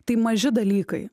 tai maži dalykai